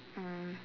um